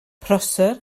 prosser